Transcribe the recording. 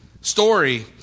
story